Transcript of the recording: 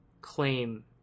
claim